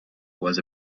was